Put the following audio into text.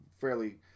fairly